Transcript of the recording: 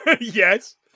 Yes